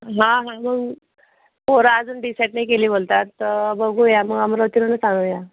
हा ना मग पोरं अजून डिसाईड नाही केली बोलतात तर बघू या मग अमरावतीवरूनच आणूया